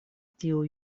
tiu